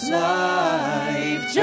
life